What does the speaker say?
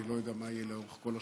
אני לא יודע מה יהיה לאורך כל השבוע,